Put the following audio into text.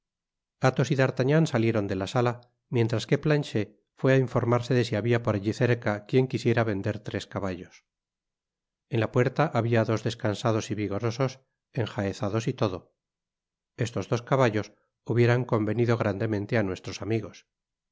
athos y d artagnan salieron de la sala mientras que planchet fué á informarse de si habia por allí cerca quien quisiera vender tres caballos en la puerta habia dos descansados y vigorosos enjaezados y todo estos dos caballos hubieran convenido grandemente á nuestros amigos